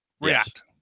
React